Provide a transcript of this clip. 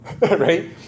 right